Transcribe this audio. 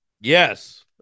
Yes